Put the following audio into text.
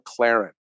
McLaren